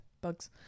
bugs